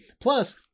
plus